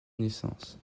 naissance